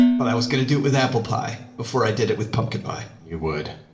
but i was going to do it with apple pie before i did it with pumpkin. by your word.